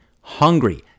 Hungry